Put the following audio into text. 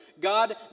God